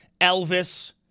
Elvis